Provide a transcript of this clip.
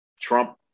Trump